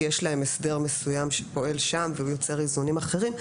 יש להם הסדר מסוים שפועל שם ומייצר איזונים אחרים,